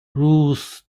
rules